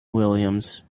williams